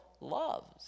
loves